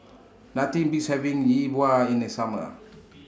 Nothing Beats having Yi Bua in The Summer